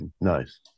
nice